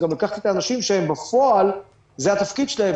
גם לקחתי את האנשים שבפועל זה התפקיד שלהם,